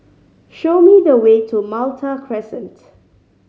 show me the way to Malta Crescent